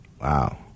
Wow